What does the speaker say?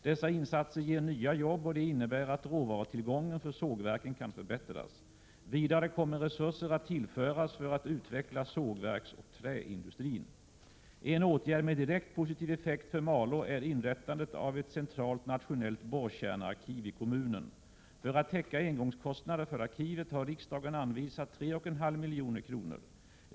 Dessa insatser ger nya jobb och de innebär att råvarutillgången för sågverken kan förbättras. Vidare kommer resurser att tillföras för att utveckla sågverksoch träindustrin. En åtgärd med direkt positiv effekt för Malå är inrättandet av ett centralt nationellt borrkärnearkiv i kommunen. För att täcka engångskostnader för arkivet har riksdagen anvisat 3,5 milj.kr.